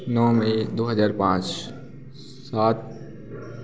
नौ मई दो हज़ार पाँच सात